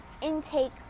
intake